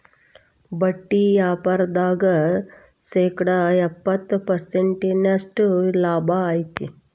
ಬಟ್ಟಿ ವ್ಯಾಪಾರ್ದಾಗ ಶೇಕಡ ಎಪ್ಪ್ತತ ಪರ್ಸೆಂಟಿನಷ್ಟ ಲಾಭಾ ಐತಿ